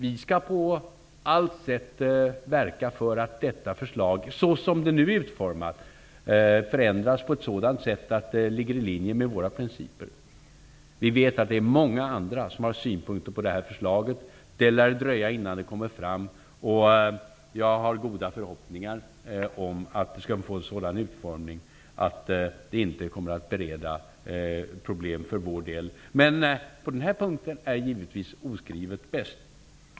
Vi skall på allt sätt verka för att detta förslag så som det nu är utformat förändras på ett sådant sätt att det ligger i linje med våra principer. Vi vet att det är många andra som har synpunkter på det här förslaget. Det lär dröja innan det läggs fram, och jag har goda förhoppningar om att det skall få en sådan utformning att det inte kommer att bereda problem för vår del. Men på den här punkten är givetvis oskrivet bäst.